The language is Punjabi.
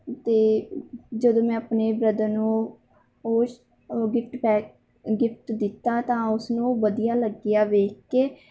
ਅਤੇ ਜਦੋਂ ਮੈਂ ਆਪਣੇ ਬ੍ਰਦਰ ਨੂੰ ਉਸ ਗਿਫਟ ਪੈਕ ਗਿਫਟ ਦਿੱਤਾ ਤਾਂ ਉਸਨੂੰ ਵਧੀਆ ਲੱਗਿਆ ਵੇਖ ਕੇ